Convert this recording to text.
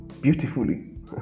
beautifully